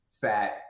fat